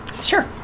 Sure